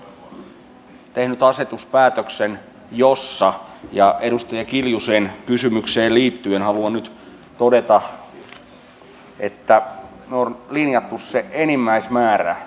päivä marraskuuta tehnyt asetuspäätöksen jossa ja edustaja kiljusen kysymykseen liittyen haluan nyt todeta tämän me olemme linjanneet sen enimmäismäärän jota maksua voi periä